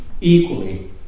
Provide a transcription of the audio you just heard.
equally